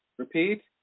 Repeat